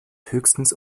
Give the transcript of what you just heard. höchstens